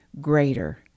greater